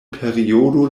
periodo